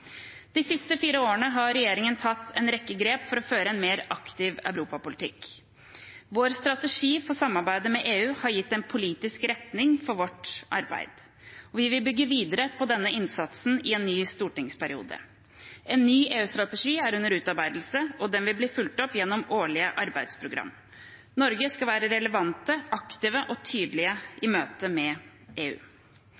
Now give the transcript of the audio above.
De siste fire årene har regjeringen tatt en rekke grep for å føre en mer aktiv europapolitikk. Vår strategi for samarbeidet med EU har gitt en politisk retning for vårt arbeid. Vi vil bygge videre på denne innsatsen i en ny stortingsperiode. En ny EU-strategi er under utarbeidelse, og den vil bli fulgt opp gjennom årlige arbeidsprogram. Norge skal være relevant, aktiv og